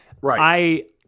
Right